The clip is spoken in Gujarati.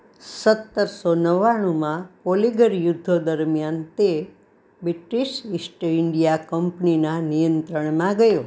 સત્તરસો નવ્વાણુંમાં પોલિગર યુદ્ધો દરમિયાન તે બ્રિટિશ ઇસ્ટ ઇન્ડિયા કંપનીના નિયંત્રણમાં ગયો